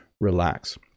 relax